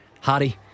Harry